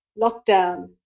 lockdown